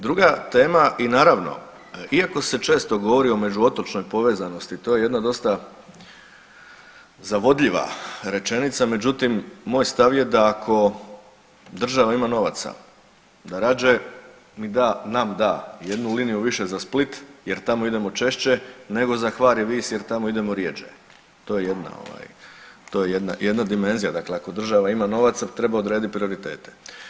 Druga tema i naravno iako se često govori o međuotočnoj povezanosti to je jedna dosta zavodljiva rečenica međutim moj stav je da ako država ima novaca da rađe mi da, nam da jednu liniju više za Split jer tamo idemo češće nego za Hvar i Vis jer tamo idemo rjeđe, to je jedna ovaj, to je jedna, jedna dimenzija, dakle ako država ima novaca treba odredit prioritete.